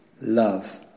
love